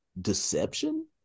deception